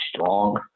strong